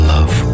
Love